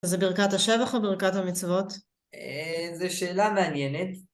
אז זה ברכת השבח או ברכת המצוות? זה שאלה מעניינת.